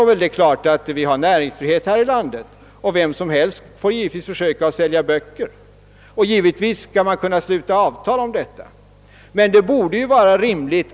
Vi har ju näringsfrihet här i landet, och vem som helst får givetvis försöka sälja böcker. Naturligtvis skall man också kunna sluta avtal om sådant.